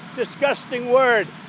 disgusting word.